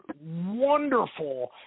wonderful